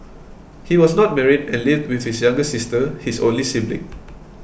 he was not married and lived with his younger sister his only sibling